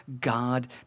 God